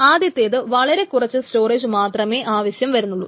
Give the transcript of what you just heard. ആദ്യത്തെത് വളരെ കുറച്ച് സ്റ്റോറേജ് മാത്രമേ ആവശ്യം വരുന്നുള്ളു